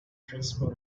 principal